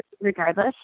regardless